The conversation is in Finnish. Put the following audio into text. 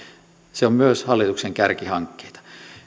se on myös hallituksen kärkihankkeita